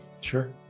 sure